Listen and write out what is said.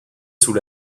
sous